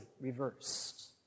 reversed